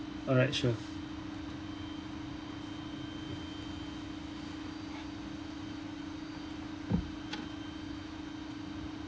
alright sure